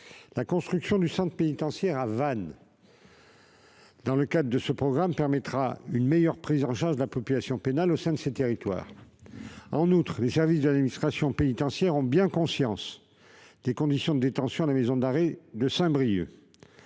La construction d'un centre pénitentiaire à Vannes dans le cadre de ce programme permettra une meilleure prise en charge de la population pénale au sein de ces territoires. En outre, les services de l'administration pénitentiaire ont bien conscience des conditions de détention à la maison d'arrêt de Saint-Brieuc.